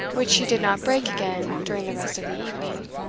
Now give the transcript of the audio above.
which she did not break again during the rest of the evening.